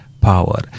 power